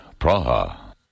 Praha